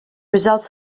results